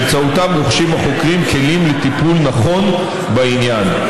ובאמצעותן רוכשים החוקרים כלים לטיפול נכון בעניין.